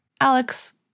Alex